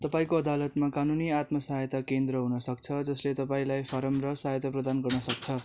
तपाईँको अदालतमा कानुनी आत्मसहायता केन्द्र हुन सक्छ जसले तपाईँलाई फर्म र सहायता प्रदान गर्न सक्छ